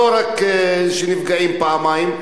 לא רק שהם נפגעים פעמיים,